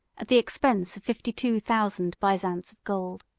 at the expense of fifty-two thousand byzants of gold.